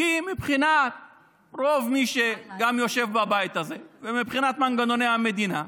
כי גם מבחינת רוב מי שיושבים בבית הזה וגם מבחינת מנגנוני המדינה,